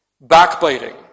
Backbiting